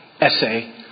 essay